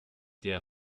der